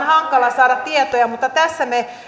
hankala saada tietoja mutta tässä me